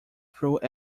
through